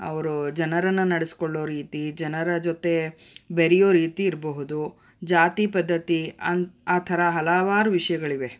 ಅವರು ಜನರನ್ನು ನಡೆಸ್ಕೊಳ್ಳೋ ರೀತಿ ಜನರ ಜೊತೆ ಬೆರೆಯೋ ರೀತಿ ಇರಬಹುದು ಜಾತಿ ಪದ್ಧತಿ ಅನ್ ಆ ಥರ ಹಲವಾರು ವಿಷಯಗಳಿವೆ